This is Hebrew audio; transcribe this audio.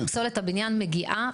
פסולת הבניין מגיעה,